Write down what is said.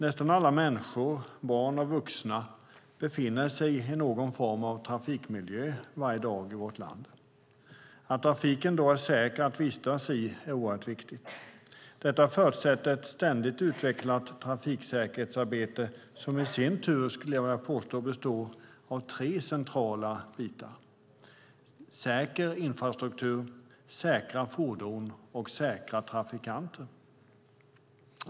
Nästan alla människor, barn och vuxna, befinner sig i någon form av trafikmiljö varje dag i vårt land. Att trafiken då är säker att vistas i är oerhört viktigt. Det förutsätter ett ständigt utvecklat trafiksäkerhetsarbete som i sin tur, skulle jag vilja påstå, består av tre centrala delar: säker infrastruktur, säkra fordon och säkra trafikanter.